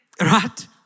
Right